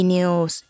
News